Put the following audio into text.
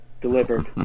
delivered